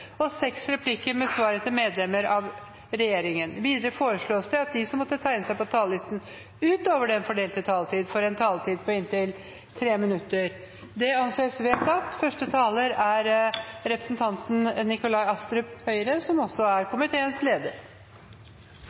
og seks replikker med svar etter medlemmer av regjeringen. Videre forslås det at de som måtte tegne seg på talerlisten utover den fordelte taletid, får en taletid på inntil 3 minutter. – Det anses vedtatt.